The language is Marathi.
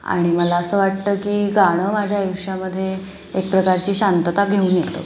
आणि मला असं वाटतं की गाणं माझ्या आयुष्यामध्ये एक प्रकारची शांतता घेऊन येतो